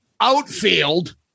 Outfield